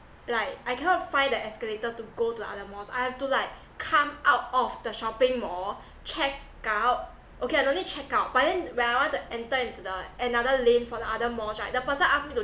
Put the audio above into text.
like I cannot find the escalator to go to other malls I have to like come out of the shopping mall check out okay I don't need check out but then when I want to enter into the another lane for the other malls right the person ask me to